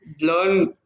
learn